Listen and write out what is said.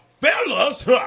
fellas